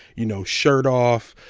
you know, shirt off,